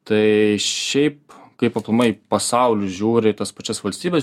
tai šiaip kaip aplamai pasaulis žiūri į tas pačias valstybes